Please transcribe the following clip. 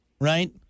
Right